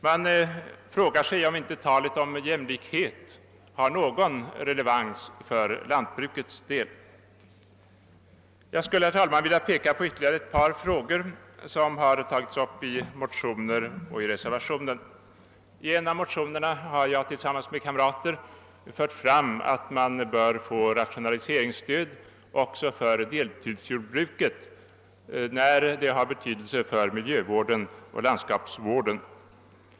Man frågar sig om inte talet om jämlikhet har någon relevans för lantbrukets del. Jag skulle, herr talman, vilja peka på ytterligare ett par frågor som har tagits upp i motioner och i reservationen, I en av motionerna har jag tillsammans med kamrater fört fram att man bör få rationaliseringsstöd även för deltidsjordbruket när detta har betydelse för miljöoch landskapsvården.